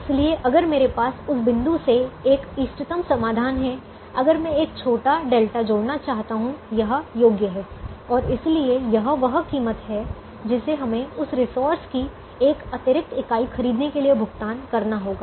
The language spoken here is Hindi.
इसलिए अगर मेरे पास उस बिंदु से एक इष्टतम समाधान है अगर मैं एक छोटा δ जोड़ना चाहता हूं यह योग्य है और इसलिए यह वह कीमत है जिसे हमें उस रिसोर्स की एक अतिरिक्त इकाई खरीदने के लिए भुगतान करना होगा